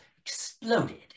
exploded